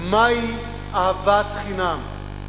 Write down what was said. מהי אהבת חינם.